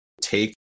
take